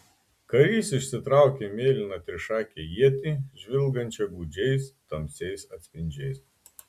karys išsitraukė mėlyną trišakę ietį žvilgančią gūdžiais tamsiais atspindžiais